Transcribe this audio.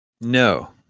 No